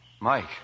Mike